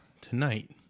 Tonight